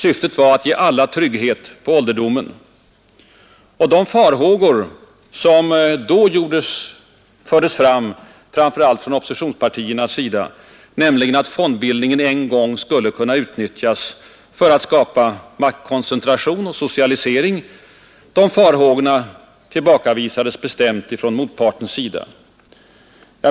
Syftet var att ge alla trygghet på ålderdomen. De farhågor som då uttrycktes, framför allt från oppositionspartierna, nämligen att fondbildningen skulle kunna utnyttjas för att skapa maktkoncentration och socialisering, tillbakavisades bestämt från motpartens sida.